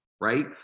right